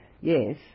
Yes